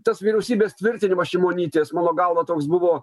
tas vyriausybės tvirtinimas šimonytės mano galva toks buvo